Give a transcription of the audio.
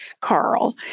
Carl